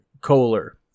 Kohler